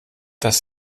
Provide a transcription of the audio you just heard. dass